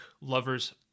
lovers